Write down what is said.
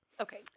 Okay